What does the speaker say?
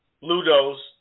Ludo's